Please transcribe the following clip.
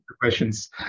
questions